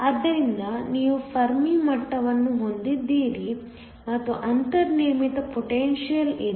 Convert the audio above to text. ಆದ್ದರಿಂದ ನೀವು ಫೆರ್ಮಿ ಮಟ್ಟವನ್ನು ಹೊಂದಿದ್ದೀರಿ ಮತ್ತು ಅಂತರ್ನಿರ್ಮಿತ ಪೊಟೆನ್ಶಿಯಲ್ ಇದೆ